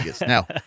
Now